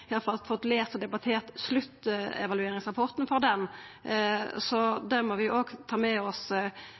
fått lest og debattert sluttevalueringsrapporten for den. Det må vi òg ta med oss,